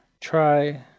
try